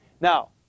Now